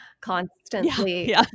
constantly